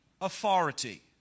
authority